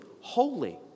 holy